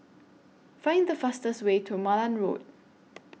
Find The fastest Way to Malan Road